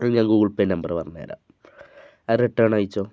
ഞാൻ Google Pay number പറഞ്ഞു തരാം അത് റിട്ടേൺ അയച്ചോളൂ